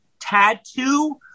tattoo